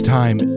time